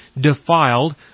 defiled